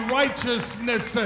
righteousness